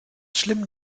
schlimm